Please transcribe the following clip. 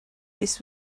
this